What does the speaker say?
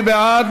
מי בעד?